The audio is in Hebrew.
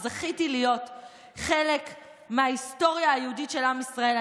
שזכיתי להיות חלק מההיסטוריה היהודית של עם ישראל.